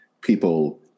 people